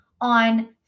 on